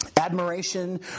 admiration